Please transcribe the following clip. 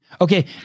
Okay